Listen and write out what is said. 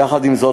יחד עם זאת,